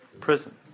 Prison